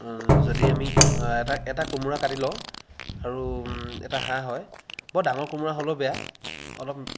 যদি আমি এটা এটা কোমোৰা কাটি লওঁ আৰু এটা হাঁহ হয় বৰ ডাঙৰ কোমোৰা হ'লেও বেয়া অলপ